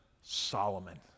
Solomon